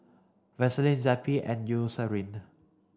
Vaselin Zappy and Eucerin